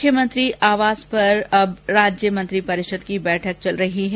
मुख्यमंत्री आवास पर अब राज्य मंत्रिपरिषद की बैठक चल रही है